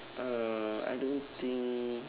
uh I don't think